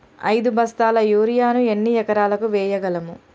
ఐదు బస్తాల యూరియా ను ఎన్ని ఎకరాలకు వేయగలము?